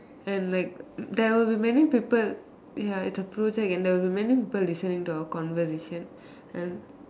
and like there will be many people ya it's a project and there will be many people listening to our conversation and